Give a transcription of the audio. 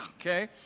Okay